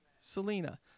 Selena